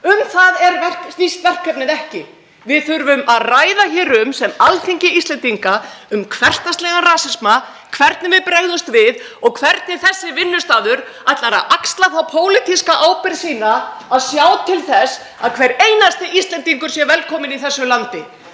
Um það snýst verkefnið ekki. Við þurfum að ræða hér sem Alþingi Íslendinga um hversdagslegan rasisma, hvernig við bregðumst við og hvernig þessi vinnustaður ætlar að axla þá pólitísku ábyrgð sína að sjá til þess að hver einasti Íslendingur sé velkominn í þessu landi.